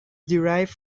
derived